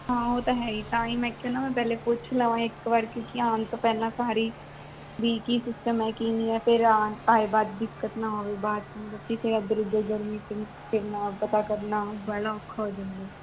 ਹਾਂ ਉਹ ਤਾਂ ਹੈ ਹੀ ਤਾਂ ਹੀ ਮੈਂ ਕਿਹਾ ਨਾ ਮੈਂ ਪਹਿਲਾਂ ਪੁੱਛ ਲਵਾਂ ਇੱਕ ਵਾਰ ਕਿਉਂਕਿ ਆਉਣ ਤੋਂ ਪਹਿਲਾਂ ਸਾਰੀ ਵੀ ਕੀ ਸਿਸਟਮ ਹੈ ਕੀ ਨਹੀਂ ਹੈ ਫਿਰ ਆਉਣ ਆਏ ਬਾਅਦ ਦਿੱਕਤ ਨਾ ਹੋਵੇ ਬਾਅਦ 'ਚ ਮਤਲਬ ਕਿ ਫਿਰ ਇੱਧਰ ਉੱਧਰ ਗਰਮੀ 'ਚ ਫਿਰਨਾ ਪਤਾ ਕਰਨਾ ਬੜਾ ਔਖਾ ਹੋ ਜਾਂਦਾ